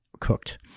cooked